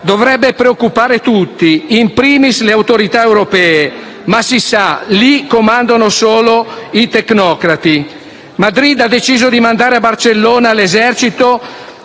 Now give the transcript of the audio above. dovrebbe preoccupare tutti, *in primis* le autorità europee, ma si sa: lì comandano solo i tecnocrati. Madrid ha deciso di mandare a Barcellona l'esercito